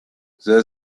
there